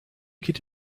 geht